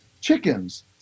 chickens